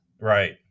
Right